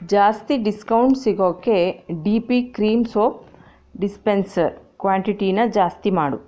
ಜಾಸ್ತಿ ಡಿಸ್ಕೌಂಟ್ ಸಿಗೋಕ್ಕೆ D P cream soap dispenser ಕ್ವಾಂಟಿಟಿನ ಜಾಸ್ತಿ ಮಾಡು